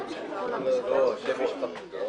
לחוק הכנסת אושרה.